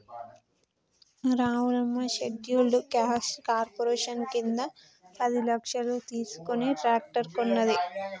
Ramulamma scheduled caste corporation కింద పది లక్షలు తీసుకుని ట్రాక్టర్ కొన్నది